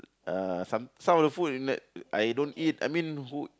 uh some some of the food I don't eat I mean who